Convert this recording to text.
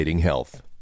health